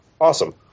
Awesome